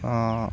অঁ